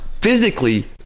physically